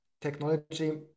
technology